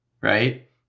right